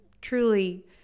truly